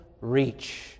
reach